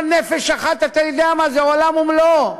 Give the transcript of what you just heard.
נפש אחת, אתה יודע מה זה, עולם ומלואו.